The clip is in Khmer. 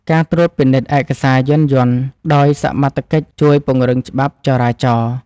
ការត្រួតពិនិត្យឯកសារយានយន្តដោយសមត្ថកិច្ចជួយពង្រឹងច្បាប់ចរាចរណ៍។